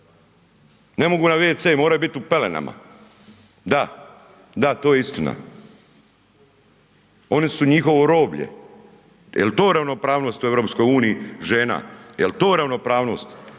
ne mogu na wc, moraju bit u pelenama, da, da to je istina, one su njihovo roblje, jel to ravnopravnost u EU žena, jel to ravnopravnost,